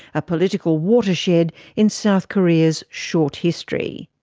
a political watershed in south korea's short history.